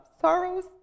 sorrows